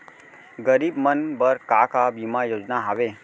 गरीब मन बर का का बीमा योजना हावे?